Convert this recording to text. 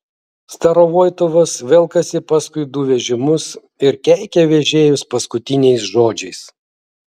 starovoitovas velkasi paskui du vežimus ir keikia vežėjus paskutiniais žodžiais